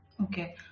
Okay